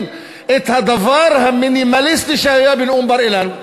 את הדבר המינימליסטי שהיה בנאום בר-אילן.